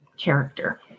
character